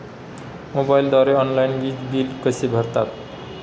मोबाईलद्वारे ऑनलाईन वीज बिल कसे भरतात?